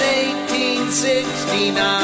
1869